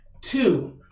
Two